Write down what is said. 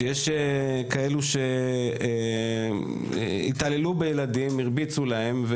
שיש כאלו שהתעללו בילדים והרביצו להם,